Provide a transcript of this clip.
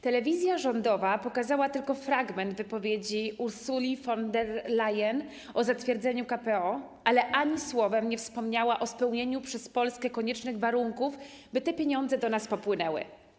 Telewizja rządowa pokazała tylko fragment wypowiedzi Ursuli von der Leyen o zatwierdzeniu KPO, ale ani słowem nie wspomniała o spełnieniu przez Polskę koniecznych warunków, by te pieniądze do nas popłynęły.